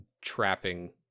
trapping